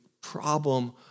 problem